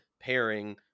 pairing